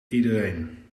iedereen